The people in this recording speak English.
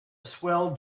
swell